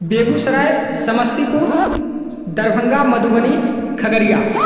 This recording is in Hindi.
बेगूसराय समस्तीपुर दरभंगा मधुबनी खगरिया